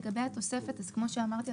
התוספת אז כמו שאמרתי,